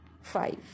five